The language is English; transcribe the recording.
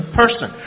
person？